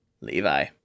Levi